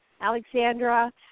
alexandra